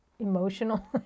emotional